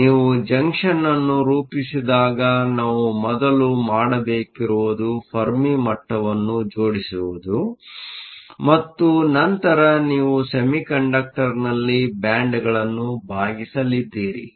ಆದ್ದರಿಂದ ನೀವು ಜಂಕ್ಷನ್ ಅನ್ನು ರೂಪಿಸಿದಾಗ ನಾವು ಮೊದಲು ಮಾಡಬೇಕಿರುವುದು ಫೆರ್ಮಿ ಮಟ್ಟವನ್ನು ಜೋಡಿಸುವುದು ಮತ್ತು ನಂತರ ನೀವು ಸೆಮಿಕಂಡಕ್ಟರ್ನಲ್ಲಿ ಬ್ಯಾಂಡ್ಗಳನ್ನು ಬಾಗಿಸಲಿದ್ದೀರಿ